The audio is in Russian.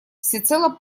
всецело